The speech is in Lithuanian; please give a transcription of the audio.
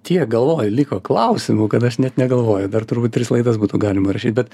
tiek galvoj liko klausimų kad aš net negalvoju dar turbūt tris laidas būtų galima įrašyt bet